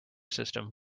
system